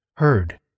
heard